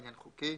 מניין חוקי,